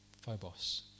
Phobos